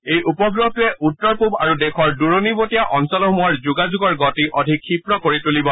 এই উপগ্ৰহটোৱে উত্তৰ পূব আৰু দেশৰ দূৰণিবতিয়া অঞ্চলসমূহৰ যোগাযোগৰ গতি অধিক ক্ষীপ্ৰ কৰি তলিব